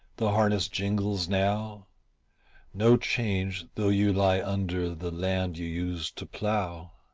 the harness jingles now no change though you lie under the land you used to plough.